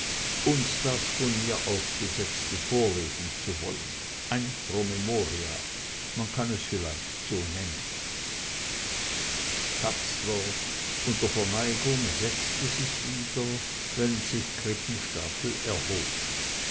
uns das von mir aufgesetzte vorlesen zu wollen ein promemoria man kann es vielleicht so nennen katzler unter verneigung setzte sich wieder während sich krippenstapel erhob